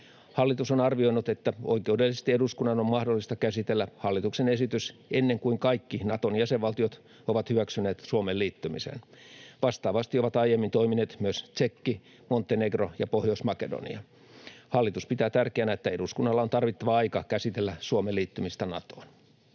Hallitus on arvioinut, että oikeudellisesti eduskunnan on mahdollista käsitellä hallituksen esitys ennen kuin kaikki Naton jäsenvaltiot ovat hyväksyneet Suomen liittymisen. Vastaavasti ovat aiemmin toimineet myös Tšekki, Montenegro ja Pohjois-Makedonia. Hallitus pitää tärkeänä, että eduskunnalla on tarvittava aika käsitellä Suomen liittymistä Natoon.